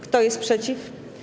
Kto jest przeciw?